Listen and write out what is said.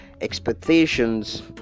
expectations